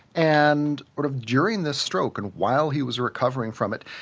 and sort of during this stroke, and while he was recovering from it,